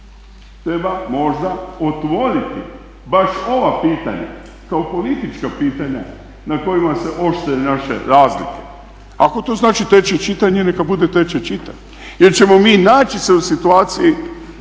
Treba možda otvoriti baš ova pitanja kao politička pitanja na kojima se oštre naše razlike. Ako to znači treće čitanje neka bude treće čitanje jer ćemo mi naći se u situaciji